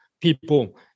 people